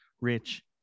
Rich